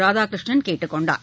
ராதாகிருஷ்ணன் கேட்டுக்கொண்டார்